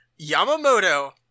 Yamamoto